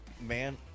Man